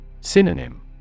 Synonym